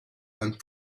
and